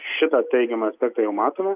šitą teigiamą aspektą jau matome